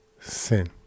sin